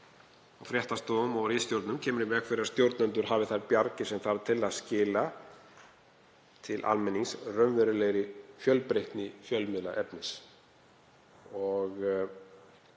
á fréttastofum og ritstjórnum kemur í veg fyrir að stjórnendur hafi þær bjargir sem þarf til að skila til almennings raunverulega fjölbreyttu fjölmiðlaefni.